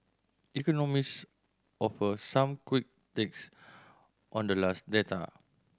economist offer some quick takes on the last data